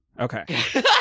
Okay